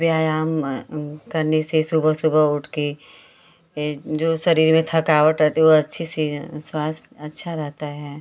व्यायाम करने से सुबह सुबह उठकर यह जो सरीर में थकावट रहती है वह अच्छी से स्वास्थ्य अच्छा रहता है